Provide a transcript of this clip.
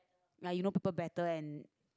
you know people better and